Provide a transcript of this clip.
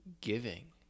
giving